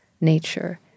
nature